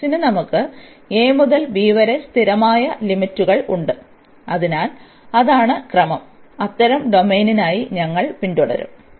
X ന് നമുക്ക് a മുതൽ b വരെ സ്ഥിരമായ ലിമിറ്റുകളുണ്ട് അതിനാൽ അതാണ് ക്രമം അത്തരം ഡൊമെയ്നിനായി ഞങ്ങൾ പിന്തുടരണം